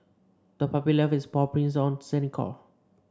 the puppy left its paw prints on the sandy shore